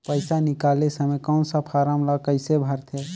पइसा निकाले समय कौन सा फारम ला कइसे भरते?